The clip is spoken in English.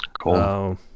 cool